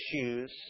issues